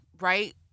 right